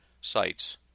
sites